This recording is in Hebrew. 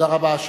תודה רבה.